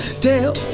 tell